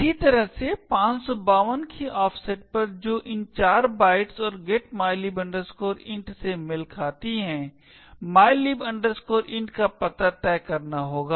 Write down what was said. इसी तरह 552 की ऑफसेट पर जो इन 4 बाइट्स और getmylib int से मेल खाती है mylib int का पता तय करना होगा